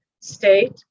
state